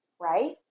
right